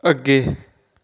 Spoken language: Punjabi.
ਅੱਗੇ